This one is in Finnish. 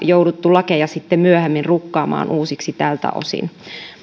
jouduttu lakeja sitten myöhemmin rukkaamaan uusiksi tältä osin